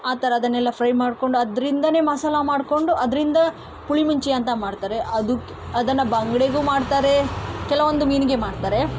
ಆ ಥರದನ್ನೆಲ್ಲ ಫ್ರೈ ಮಾಡಿಕೊಂಡು ಅದರಿಂದನೇ ಮಸಾಲೆ ಮಾಡಿಕೊಂಡು ಅದರಿಂದ ಪುಳಿಮುಂಚಿ ಅಂತ ಮಾಡ್ತಾರೆ ಅದಕ್ ಅದನ್ನು ಬಂಗುಡೆಗೂ ಮಾಡ್ತಾರೆ ಕೆಲವೊಂದು ಮೀನಿಗೆ ಮಾಡ್ತಾರೆ